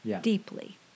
deeply